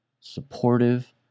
supportive